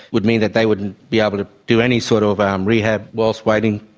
would mean that they wouldn't be able to do any sort of um rehab whilst waiting.